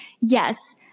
Yes